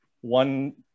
one